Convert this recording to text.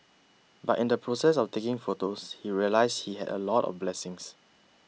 but in the process of taking photos he realised he had a lot of blessings